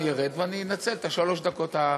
אני ארד, ואני אנצל את שלוש הדקות הבאות.